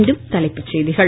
மீண்டும் தலைப்புச் செய்திகள்